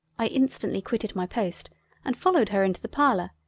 i instantly quitted my post and followed her into the parlour,